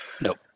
Nope